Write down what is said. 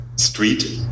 street